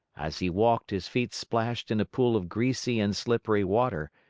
as he walked his feet splashed in a pool of greasy and slippery water,